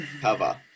cover